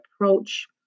approach